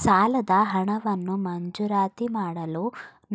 ಸಾಲದ ಹಣವನ್ನು ಮಂಜೂರಾತಿ ಮಾಡಲು